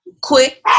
quick